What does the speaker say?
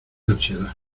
ansiedad